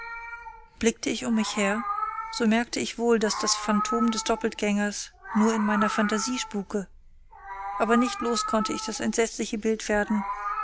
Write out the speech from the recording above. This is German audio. blickte ich um mich her so merkte ich wohl daß das phantom des doppeltgängers nur in meiner phantasie spuke aber nicht los konnte ich das entsetzliche bild werden